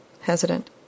hesitant